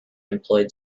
employed